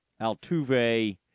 Altuve